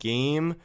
Game